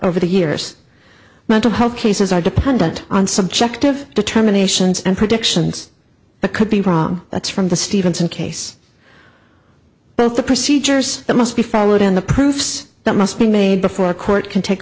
over the years mental health cases are dependent on subjective determinations and predictions but could be wrong that's from the stevenson case both the procedures that must be followed and the proofs that must be made before a court can take